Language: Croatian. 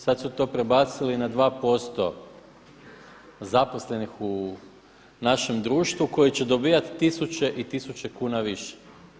Sada su to prebacili na 2% zaposlenih u našem društvu koji će dobivati tisuće i tisuće kuna više.